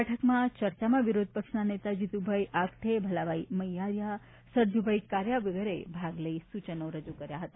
બેઠકમાં ચર્ચામાં વિરોધ પક્ષના નેતા જીતુભાઈ આગઠે ભલાભાઈ મૈયારીયા સરજૂભાઈ કારીયા વગેરેએ ભાગ લઈ સૂચનો રજૂ કર્યા હતા